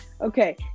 Okay